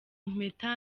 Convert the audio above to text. impeta